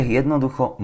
jednoducho